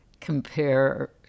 compare